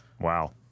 Wow